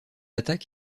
attaque